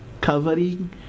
Covering